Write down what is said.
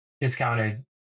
discounted